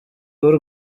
w’u